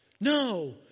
no